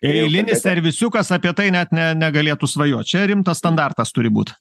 eilinis servisiukas apie tai net ne negalėtų svajoti čia rimtas standartas turi būt